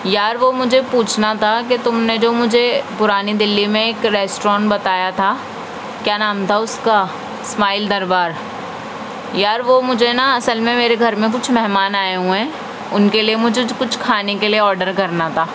یار وہ مجھے پوچھنا تھا کہ تم نے جو مجھے پرانی دلّی میں ایک ریسٹورینٹ بتایا تھا کیا نام تھا اس کا اسماعیل دربار یار وہ مجھے نا اصل میں میرے گھر میں کچھ مہمان آئے ہوئے ہیں ان کے لئے مجھے کچھ کھانے کے لئے آرڈر کرنا تھا